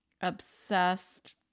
obsessed